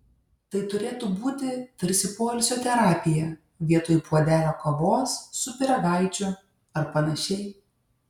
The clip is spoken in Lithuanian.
tai turėtų būti tarsi poilsio terapija vietoj puodelio kavos su pyragaičiu ar panašiai